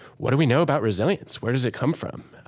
what do we know about resilience? where does it come from?